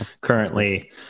currently